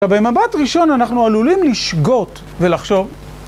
במבט ראשון אנחנו עלולים לשגות, ולחשוב.